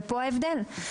ופה ההבדל.